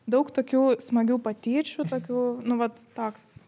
daug tokių smagių patyčių tokių nu vat toks